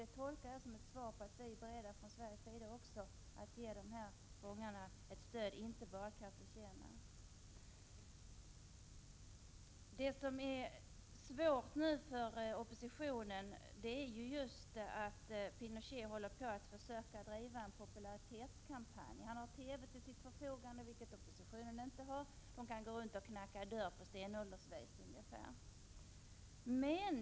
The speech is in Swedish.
Det tolkar jag på det sättet att man också från svensk sida är beredd att ge fångarna ett stöd. Det gäller då inte bara Rolando Cartagena Cordoba. Vad som nu är svårt för oppositionen är just att Pinochet bedriver en popularitetskampanj. Han har TV till sitt förfogande, vilket oppositionen inte har utan den är hänvisad till att gå runt och knacka dörr på — skulle jag vilja säga — stenåldersvis.